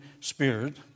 Spirit